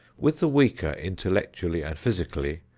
with the weaker intellectually and physically,